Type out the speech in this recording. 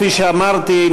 כפי שאמרתי,